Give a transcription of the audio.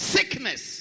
Sickness